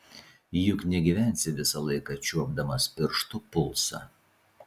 juk negyvensi visą laiką čiuopdamas pirštu pulsą